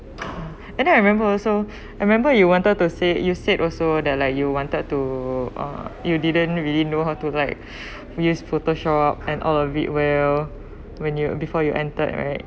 and then I remember also I remember you wanted to say you said also that like you wanted to uh you didn't really know how to like use photoshop and all of it well when you before you entered right